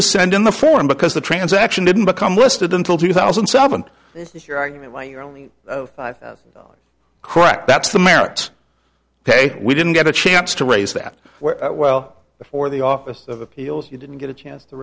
to send in the form because the transaction didn't become listed until two thousand and seven and like crack that's the merits hey we didn't get a chance to raise that well before the office of appeals you didn't get a chance to